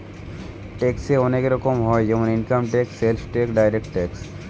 ট্যাক্সে অনেক রকম হয় যেমন income tax, sales tax, direct tax